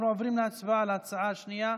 אנחנו עוברים להצבעה על ההצעה השנייה,